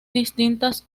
distintas